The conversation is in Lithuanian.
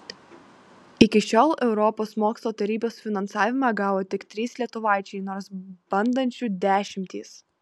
iki šiol europos mokslo tarybos finansavimą gavo tik trys lietuvaičiai nors bandančių dešimtys